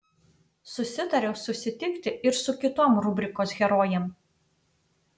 susitariau susitikti ir su kitom rubrikos herojėm